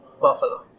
Buffalo